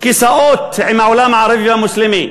כיסאות עם העולם הערבי והמוסלמי,